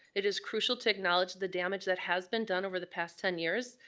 it is crucial to acknowledge the damage that has been done over the past ten years,